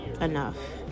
enough